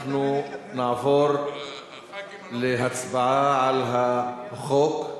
אנחנו נעבור להצבעה על החוק,